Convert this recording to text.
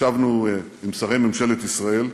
ישבנו עם שרי ממשלת ישראל,